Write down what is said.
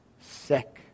sick